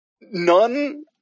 none